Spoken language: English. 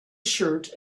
shirt